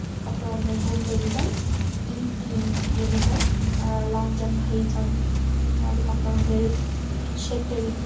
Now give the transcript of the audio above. அதுக்கப்புறம் வந்து குண்டு எறிதல் ஈட்டி எறிதல் லாங் ஜம்ப் ஹை ஜம்ப் அதுக்கப்புறம் வந்து ஷெட்டில்